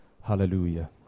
Hallelujah